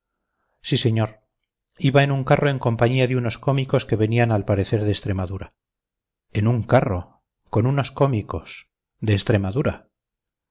sí señor iba en un carro en compañía de unos cómicos que venían al parecer de extremadura en un carro con unos cómicos de extremadura